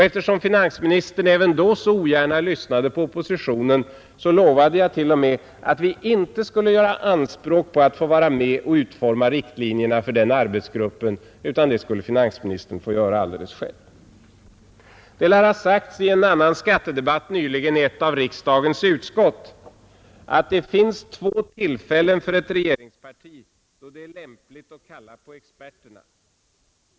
Eftersom finansministern även då så ogärna lyssnade på oppositionen lovade jag till och med att vi inte skulle göra anspråk på att vara med och utforma riktlinjerna för den arbetsgruppen, utan det skulle finansministern få göra alldeles själv. Det lär ha sagts i en annan skattedebatt nyligen i ett av riksdagens utskott, att det finns två tillfällen för ett regeringsparti då det är lämpligt att kalla på experterna.